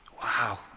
Wow